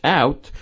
out